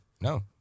no